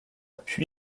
puy